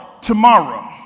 Tomorrow